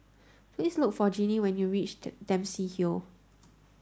please look for Ginny when you reached Dempsey Hill